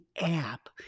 app